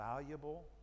valuable